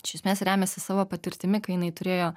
iš esmės remiasi savo patirtimi kai jinai turėjo